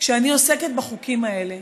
כשאני עוסקת בחוקים האלה,